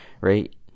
right